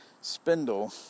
spindle